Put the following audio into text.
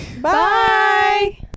Bye